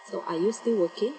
so are you still working